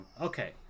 Okay